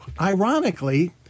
ironically